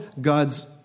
God's